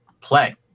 play